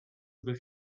aber